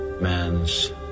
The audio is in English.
man's